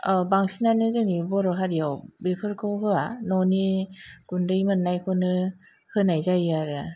बांसिनानो जोंनि बर' हारियाव बेफोरखौ होआ न'नि गुन्दै मोन्नायखौनो होनाय जायो आरो